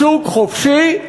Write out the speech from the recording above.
השוק חופשי,